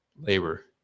labor